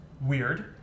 Weird